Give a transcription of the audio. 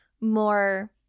more